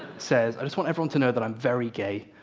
says, i just want everyone to know that i'm very gay.